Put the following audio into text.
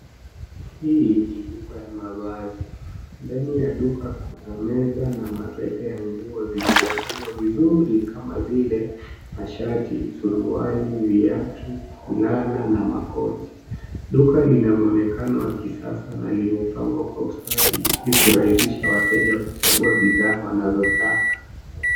Hii ni duka ya mavazai. Ndani ya duka kuna meza na mabega ya nguo zilzopangwa vizuri kama vile mashati, suruali, viatu, fulana na makoti. Duka lina muonekano wa kisasa na limepangwa kwa ustadi ili kurahisha wateja kuchagua bidhaa wanazotaka.